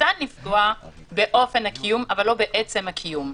אפשר לפגוע באופן הקיום אבל לא בעצם הקיום.